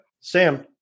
Sam